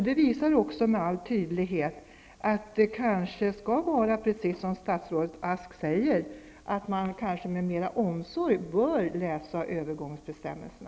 Det visar med all tydlighet att det kanske skall vara precis som statsrådet Ask säger, nämligen att man med mer omsorg bör läsa övergångsbestämmelserna.